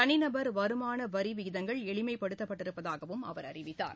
தனிநபர் வருமான வரி விகிதங்கள் எளிமைப்படுத்தப் பட்டிருப்பதாகவும் அவர் அறிவித்தார்